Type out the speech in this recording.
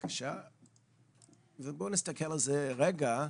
ובואו נסתכל עליו רגע,